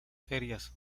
ferias